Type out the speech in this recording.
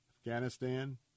Afghanistan